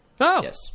Yes